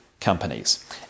companies